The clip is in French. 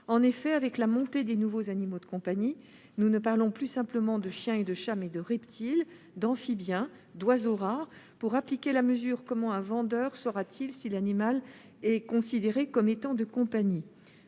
En effet, avec l'essor des « nouveaux animaux de compagnie », nous ne parlons plus simplement de chiens et de chats ; nous parlons aussi de reptiles, d'amphibiens, d'oiseaux rares, etc. Pour appliquer la mesure, comment un vendeur saura-t-il si l'animal est considéré comme étant de compagnie